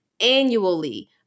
annually